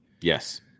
Yes